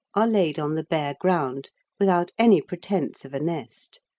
are laid on the bare ground without any pretence of a nest,